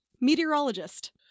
Meteorologist